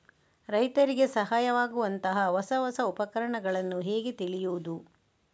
ರೈತರಿಗೆ ಸಹಾಯವಾಗುವಂತಹ ಹೊಸ ಹೊಸ ಉಪಕರಣಗಳನ್ನು ಹೇಗೆ ತಿಳಿಯುವುದು?